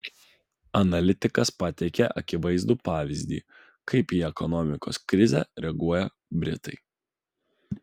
analitikas pateikia akivaizdų pavyzdį kaip į ekonomikos krizę reaguoja britai